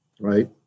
right